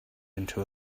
into